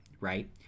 right